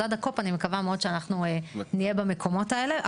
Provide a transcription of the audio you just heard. אז עד ה-COP אני מקווה שאנחנו נהיה במקומות האלה.